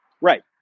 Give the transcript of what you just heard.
Right